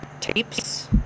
tapes